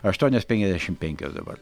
aštuonios penkiasdešimt penkios dabar